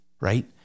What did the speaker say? right